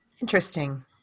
Interesting